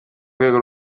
rwego